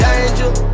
Danger